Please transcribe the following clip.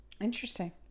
Interesting